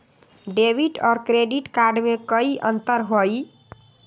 Debit और credit card में कई अंतर हई?